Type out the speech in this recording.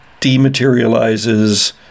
dematerializes